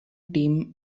team